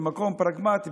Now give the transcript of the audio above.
ממקום פרגמטי,